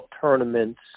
tournaments